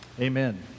Amen